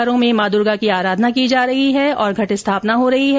घरों में माँ दूर्गा की आराधना की जा रही है और घट स्थापना हो रही है